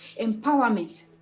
empowerment